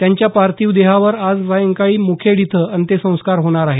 त्यांच्या पार्थिव देहावर आज सायंकाळी मुखेङ इथं अंत्यसंस्कार होणार आहेत